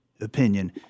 opinion